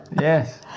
Yes